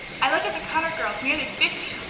i look at the cutter girls, nearly fifty,